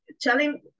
telling